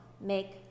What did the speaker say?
Make